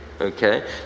okay